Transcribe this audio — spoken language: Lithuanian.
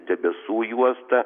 debesų juosta